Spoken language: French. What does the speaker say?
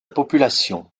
population